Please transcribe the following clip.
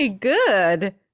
Good